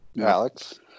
Alex